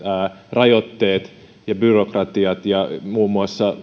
rajoitteet ja byrokratia ja muun muassa